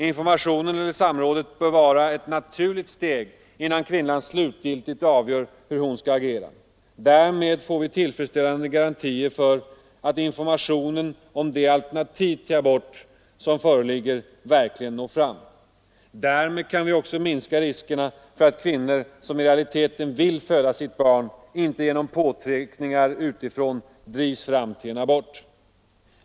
Informationen eller samrådet bör vara ett naturligt steg innan kvinnan slutgiltigt avgör hur hon skall agera. Därmed får vi tillfredsställande garantier för att informationen om de alternativ till abort som föreligger verkligen når fram. Därmed kan vi också minska riskerna för att kvinnor, som i realiteten vill föda sitt barn, inte genom påtryckningar utifrån drivs till en abort.